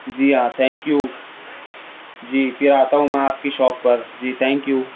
جی ہاں thank you جی پھر آتا ہوں میں آپ کی شاپ پر جی تھینک یو